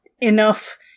Enough